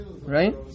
right